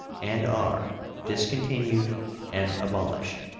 and are, discontinued and abolished.